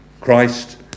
christ